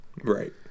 Right